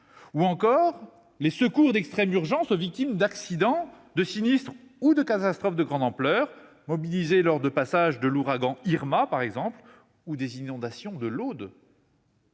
ou encore les secours d'extrême urgence aux victimes d'accident, de sinistre ou de catastrophe de grande ampleur, mobilisés lors du passage de l'ouragan Irma ou des inondations dans l'Aude,